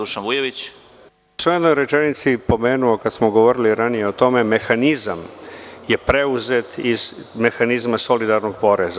U jednoj rečenici sam pomenuo, kada smo govorili ranije o tome, mehanizam je preuzet iz mehanizma solidarnog poreza.